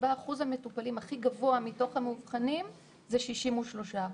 אחוז המטופלים הכי גבוה מתוך המאובחנים - זה 63 אחוז.